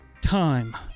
time